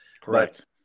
Correct